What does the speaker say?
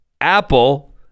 Apple